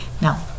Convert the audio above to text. Now